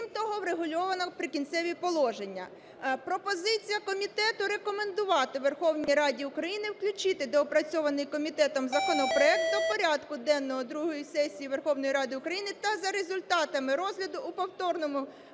Крім того, врегульовано "Прикінцеві положення". Пропозиція комітету - рекомендувати Верховній Раді України включити доопрацьований комітетом законопроект до порядку денного другої сесії Верховної Ради України та за результатами розгляду у повторному